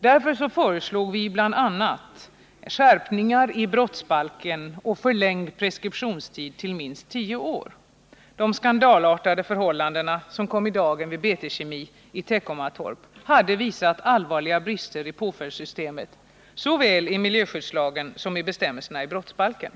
Därför föreslog vi bl.a. skärpningar i brottsbalken och förlängning av preskriptions tiden till minst tio år. De skandalartade förhållanden som kom i dagen vid Nr 33 BT-Kemi i Teckomatorp hade visat allvarliga brister i påföljdssystemet såväl i Onsdagen den miljöskyddslagen som i bestämmelserna i brottsbalken.